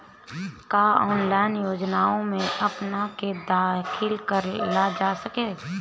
का ऑनलाइन योजनाओ में अपना के दाखिल करल जा सकेला?